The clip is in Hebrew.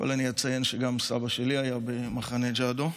קודם אני אציין שגם סבא שלי היה במחנה ג'אדו.